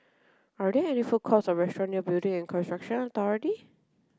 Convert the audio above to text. are there any food courts or restaurants near Building and Construction Authority